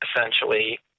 essentially